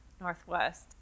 Northwest